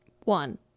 One